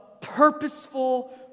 purposeful